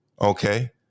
Okay